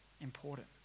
important